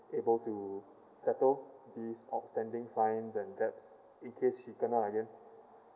able to settle this outstanding fine then debts in case you kena again